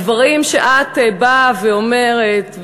הדברים שאת באה ואומרת,